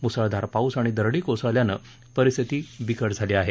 मुसळधार पाऊस आणि दरडी कोसळल्यानं परिस्थिती बिकट झाली आहे